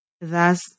Thus